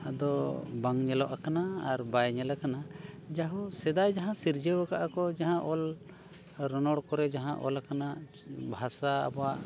ᱫᱚ ᱵᱟᱝ ᱧᱮᱞᱚᱜ ᱠᱟᱱᱟ ᱟᱨ ᱵᱟᱭ ᱧᱮᱞᱟ ᱠᱟᱱᱟ ᱡᱟᱭ ᱦᱳᱠ ᱥᱮᱫᱟᱭ ᱡᱟᱦᱟᱸ ᱥᱤᱨᱡᱟᱹᱣ ᱟᱠᱟᱜ ᱠᱚ ᱡᱟᱦᱟᱸ ᱚᱞ ᱨᱚᱱᱚᱲ ᱠᱚᱨᱮ ᱡᱟᱦᱟᱸ ᱚᱞ ᱟᱠᱟᱱᱟ ᱵᱷᱟᱥᱟ ᱟᱵᱚᱣᱟᱜ